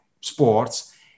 sports